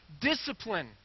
Discipline